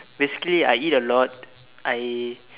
basically I eat a lot I